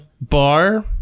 bar